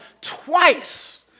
twice